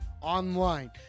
online